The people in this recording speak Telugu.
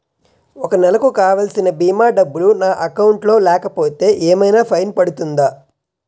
ఒక నెలకు కావాల్సిన భీమా డబ్బులు నా అకౌంట్ లో లేకపోతే ఏమైనా ఫైన్ పడుతుందా?